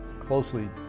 closely